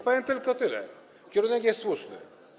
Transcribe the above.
Powiem tylko tyle: kierunek jest słuszny.